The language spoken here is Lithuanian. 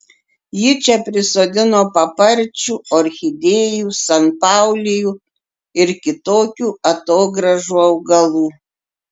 ji čia prisodino paparčių orchidėjų sanpaulijų ir kitokių atogrąžų augalų